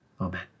amen